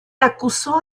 acusó